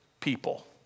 people